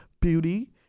beauty